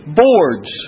boards